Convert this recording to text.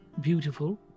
beautiful